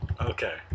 Okay